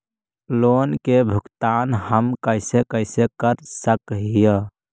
Loan के भुगतान हम कैसे कैसे कर सक हिय?